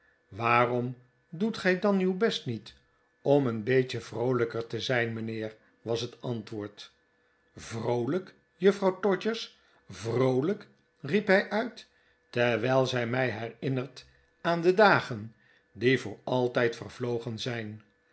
waarom doet gij dan uw best niet om een beetje vroolijker te zijn mijnheer was het antwoord vroolijk juffrouw todgers vroolijk riep hij uit terwijl zij mij herinnert aan de dagen die voor altijd vervlogen zijn